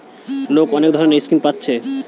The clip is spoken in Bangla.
লোক অনেক ধরণের স্কিম পাচ্ছে